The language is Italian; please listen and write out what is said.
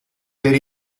per